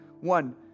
One